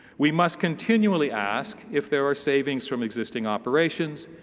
we must continually ask if there are savings from existing operations,